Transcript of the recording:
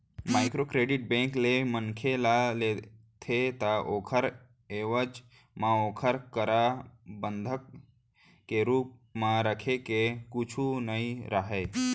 micro credit bank ले मनखे ह लेथे ता ओखर एवज म ओखर करा बंधक के रुप म रखे के कुछु नइ राहय